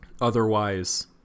otherwise